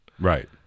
Right